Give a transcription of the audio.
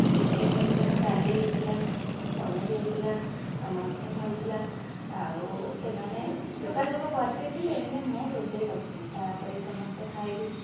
chicken ହେଇଥିଲା ଡାଲି ହେଇଥିଲା ପନିରି ହେଇଥିଲା ଆ ମସରୁମ ହୋଇଥିଲା ଆଉ ସେମାନେ ଯୋଗାଯୋଗ କରିଦେଇଥିଲେ ହେନେ ମୁଁ ରୋଷେଇ କରିଥିନି ତାପରେ ସମସ୍ତେ ଖାଇଲୁ